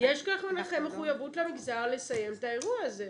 יש לכם מחויבות למגזר לסיים את האירוע הזה.